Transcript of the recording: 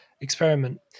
experiment